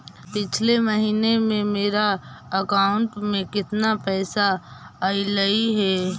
पिछले महिना में मेरा अकाउंट में केतना पैसा अइलेय हे?